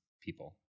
people